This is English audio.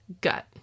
gut